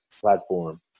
platform